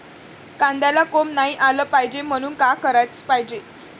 कांद्याला कोंब नाई आलं पायजे म्हनून का कराच पायजे?